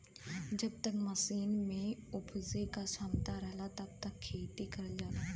जब तक जमीन में उपराजे क क्षमता रहला तब तक खेती करल जाला